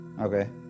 okay